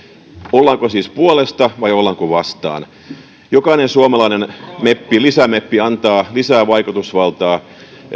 ollaanko siis puolesta vai ollaanko vastaan jokainen suomalainen lisämeppi lisämeppi antaa lisää vaikutusvaltaa